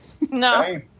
No